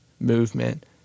movement